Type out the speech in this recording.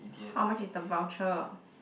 how much is the voucher